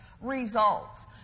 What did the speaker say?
results